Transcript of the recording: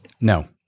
No